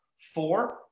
four